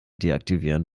deaktivieren